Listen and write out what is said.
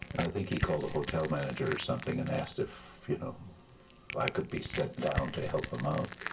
think he called the hotel manager or something and asked if you know i could be sent down to help them out.